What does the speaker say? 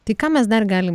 tai ką mes dar galim